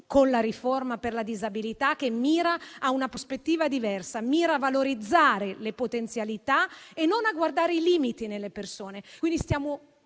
con la riforma per la disabilità che mira a una prospettiva diversa, mira a valorizzare le potenzialità e non a guardare i limiti nelle persone. Diciamo